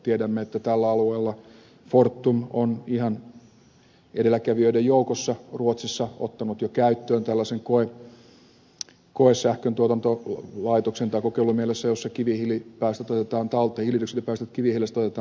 tiedämme että tällä alueella fortum on ihan edelläkävijöiden joukossa ja ruotsissa ottanut jo käyttöön kokeilumielessä tällaisen sähköntuotantolaitoksen jossa hiilidioksidipäästöt kivihiilestä otetaan talteen